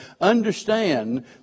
understand